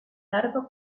largo